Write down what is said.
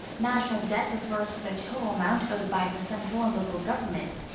national debt refers to the total amount owed by the central and local governments.